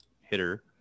hitter